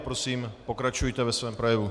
Prosím, pokračujte ve svém projevu.